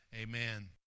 amen